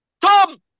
Tom